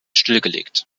stillgelegt